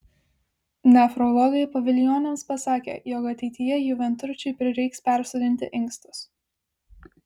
nefrologai pavilioniams pasakė jog ateityje jų vienturčiui prireiks persodinti inkstus